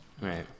Right